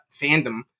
fandom